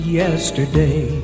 yesterday